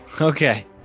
Okay